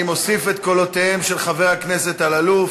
אני מוסיף את קולותיהם של חבר הכנסת אלאלוף,